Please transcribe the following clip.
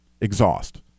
exhaust